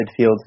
midfield